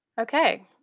Okay